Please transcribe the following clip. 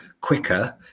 quicker